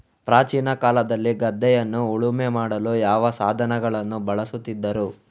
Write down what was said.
ಪ್ರಾಚೀನ ಕಾಲದಲ್ಲಿ ಗದ್ದೆಯನ್ನು ಉಳುಮೆ ಮಾಡಲು ಯಾವ ಸಾಧನಗಳನ್ನು ಬಳಸುತ್ತಿದ್ದರು?